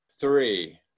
Three